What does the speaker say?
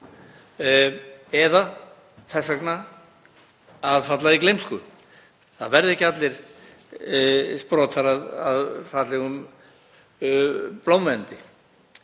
eða þess vegna að falla í gleymsku, það verða ekki allir sprotar að fallegum blómvendi.